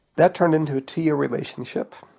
that turned into a two year relationship.